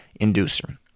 inducer